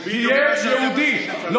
אני יותר ציוני ממך.